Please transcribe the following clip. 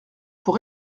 pour